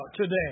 today